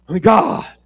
God